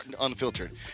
Unfiltered